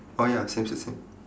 oh ya same s~ same